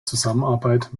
zusammenarbeit